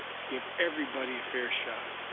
to give everybody a fair shot,